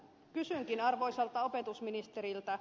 kysynkin arvoisalta opetusministeriltä